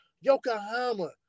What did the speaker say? Yokohama